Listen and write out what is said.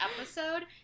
episode